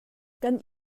kan